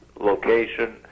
location